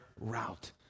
route